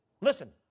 Listen